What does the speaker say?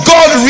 God